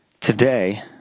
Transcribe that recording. today